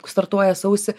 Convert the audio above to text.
startuoja sausį